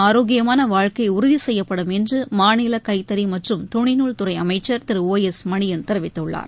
ஆரோக்கியமான வாழ்க்கை உறுதி செய்யப்படும் என்று மாநில கைத்தறி மற்றும் துணி நூல் துறை அமைச்சர் திரு ஒ எஸ் மணியன் தெரிவித்துள்ளார்